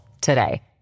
today